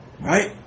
Right